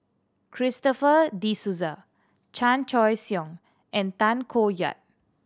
Christopher De Souza Chan Choy Siong and Tay Koh Yat